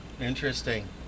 interesting